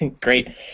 Great